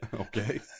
Okay